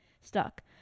stuck